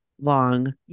long